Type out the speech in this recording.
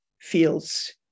feels